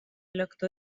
lector